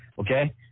Okay